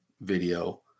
video